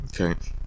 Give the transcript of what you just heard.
Okay